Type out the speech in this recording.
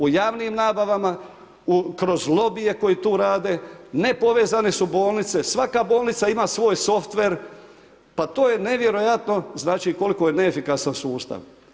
U javnim nabavama, kroz lobije koji tu rade, nepovezane su bolnice, svaka bolnica ima svoj softver pa to je nevjerojatno koliko je neefikasan sustav.